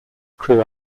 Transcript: crewe